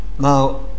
Now